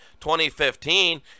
2015